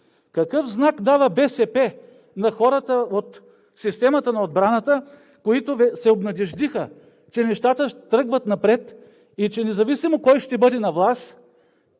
Какъв знак дава БСП на хората от системата на отбраната, които се обнадеждиха, че нещата тръгват напред и че независимо кой ще бъде на власт,